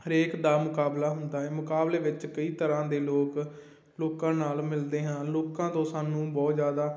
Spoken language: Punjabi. ਹਰੇਕ ਦਾ ਮੁਕਾਬਲਾ ਹੁੰਦਾ ਹੈ ਮੁਕਾਬਲੇ ਵਿੱਚ ਕਈ ਤਰ੍ਹਾਂ ਦੇ ਲੋਕ ਲੋਕਾਂ ਨਾਲ ਮਿਲਦੇ ਹਾਂ ਲੋਕਾਂ ਤੋਂ ਸਾਨੂੰ ਬਹੁਤ ਜ਼ਿਆਦਾ